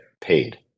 paid